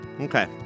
Okay